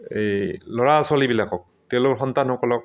এই ল'ৰা ছোৱালীবিলাকক তেওঁলোকৰ সন্তানসকলক